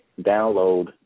download